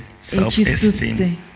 self-esteem